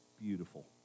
beautiful